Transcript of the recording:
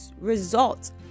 results